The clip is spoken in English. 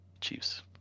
Chiefs